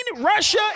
Russia